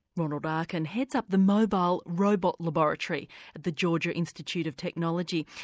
ronald arkin heads up the mobile robot laboratory at the georgia institute of technology,